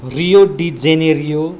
Rio de Janeiro